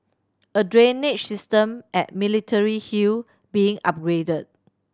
a drainage system at Military Hill being upgraded